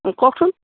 কওকচোন